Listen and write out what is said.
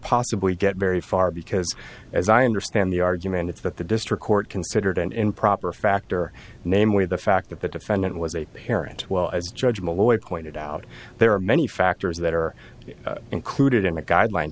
possibly get very far because as i understand the arguments that the district court considered an improper factor namely the fact that the defendant was a parent well as judge malloy pointed out there are many factors that are included in the guideline